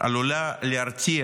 עלולה להרתיע